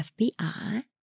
FBI